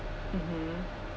mmhmm